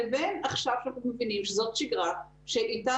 לבין עכשיו כשאנחנו מבינים שזאת שגרה שאיתה